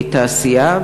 התעשייה,